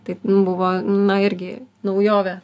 taip buvo na irgi naujovė